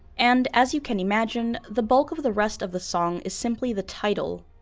and as you can imagine, the bulk of of the rest of the song is simply the title,